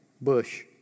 Bush